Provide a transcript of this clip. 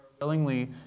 willingly